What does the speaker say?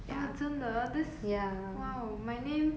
!wah! 真的 !wow! my name